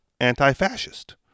anti-fascist